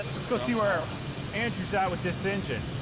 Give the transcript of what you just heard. let's go see where andrew's at with this engine.